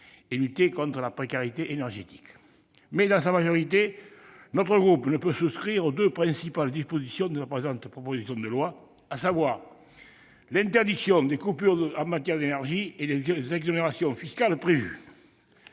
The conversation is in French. lutter contre la précarité énergétique. Cependant, la majorité de notre groupe ne peut pas souscrire aux deux principales dispositions de ce texte, à savoir l'interdiction des coupures en matière d'énergie et les exonérations fiscales prévues.